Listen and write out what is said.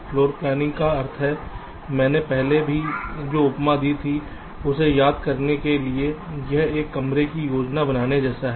floor planning का अर्थ है मैंने पहले जो उपमा दी थी उसे याद करने के लिए यह एक घर की योजना बनाने जैसा है